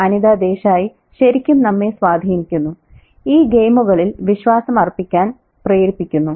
അനിതാ ദേശായി ശരിക്കും നമ്മെ സ്വാധീനിക്കുന്നു ഈ ഗെയിമുകളിൽ വിശ്വാസം അർപ്പിക്കാൻ പ്രേരിപ്പിക്കുന്നു